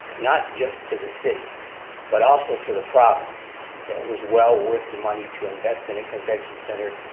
not just to the city but also to the province that was well worth the money to invest in a convention centre,